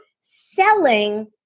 selling